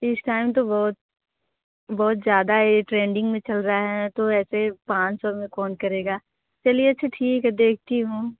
इस टाइम तो बहुत बहुत ज़्यादा है यह ट्रेंडिंग में चल रहा है तो ऐसे पाँच सौ में कौन करेगा चलिए अच्छा ठीक है देखती हूँ